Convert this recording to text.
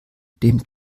dem